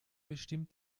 bestimmt